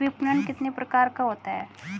विपणन कितने प्रकार का होता है?